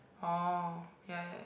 oh ya ya